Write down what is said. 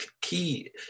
key